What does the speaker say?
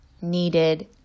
needed